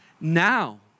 now